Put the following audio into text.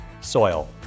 soil